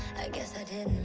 guess i didn't